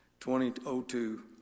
2002